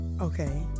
Okay